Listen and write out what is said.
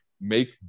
make